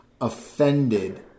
offended